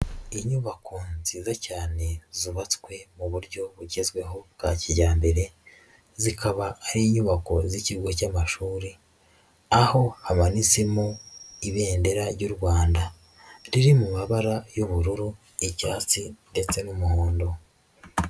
Inyubako nziza cyane zubatswe mu buryo bugezweho bwa kijyambere, zikaba ari inyubako z'ikigo cy'amashuri, aho hamanitsemo ibendera ry'u Rwanda, riri mu mabara y'ubururu, icyatsi ndetse n'umuhondo.